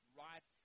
right